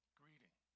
greeting